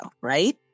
right